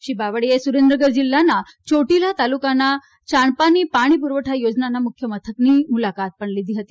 શ્રી બાવળીયાએ સુરેન્દ્રનગર જિલ્લાનાં ચોટીલા તાલુકાનાં ચાણપાની પાણી પુરવઠા યોજનાના મુખ્ય મથકની મુલાકાત પણ લીધી હતી